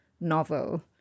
novel